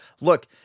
Look